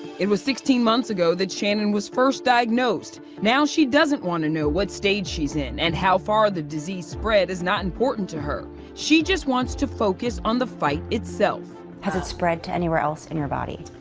it was sixteen months ago that shannen was first diagnosed. now she doesn't want to know what stage she's in and how far the disease spread is not important to her. she just wants to focus on the fight itself. has it spread to anywhere else in your body?